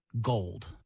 gold